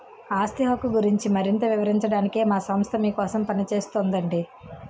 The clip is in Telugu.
ఆస్తి హక్కు గురించి మరింత వివరించడానికే మా సంస్థ మీకోసం పనిచేస్తోందండి